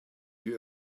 you